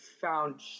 found